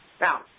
Now